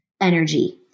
energy